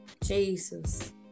Jesus